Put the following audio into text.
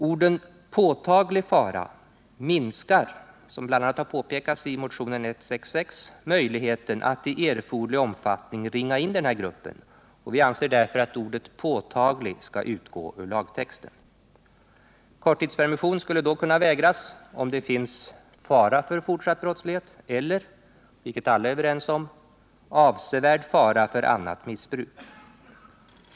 Orden ”påtaglig fara” minskar, som bl.a. påpekas i motionen 166, möjligheten att i erforderlig omfattning ringa in den här gruppen, och vi anser därför att ordet ”påtaglig” skall utgå ur lagtexten. Korttidspermission skall då kunna vägras, om det finns ”fara för fortsatt brottslighet” eller — vilket alla är överens om — ”avsevärd fara för annat missbruk”.